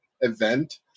event